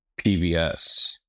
PBS